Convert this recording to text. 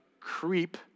creep